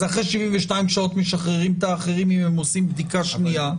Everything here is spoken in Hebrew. אז אחרי 72 שעות משחררים את האחרים אם הם עושים בדיקה שנייה.